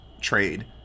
trade